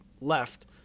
left